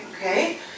okay